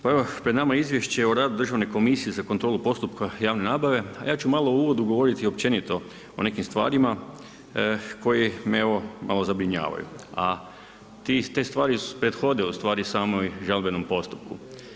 Pa evo pred nama je Izvješće o radu Državne komisije za kontrolu postupaka javne nabave, a ja ću malo u uvodu govoriti općenito o nekim stvarima koji me malo zabrinjavaju, a te stvari prethode samom žalbenom postupku.